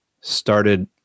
started